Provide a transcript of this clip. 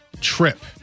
trip